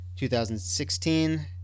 2016